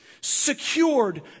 secured